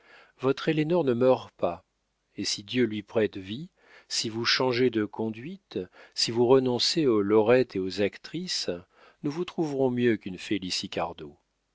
votre ellénore ne meurt pas et si dieu lui prête vie si vous changez de conduite si vous renoncez aux lorettes et aux actrices nous vous trouverons mieux qu'une